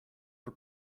for